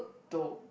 dope